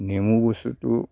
নেমু বস্তুটো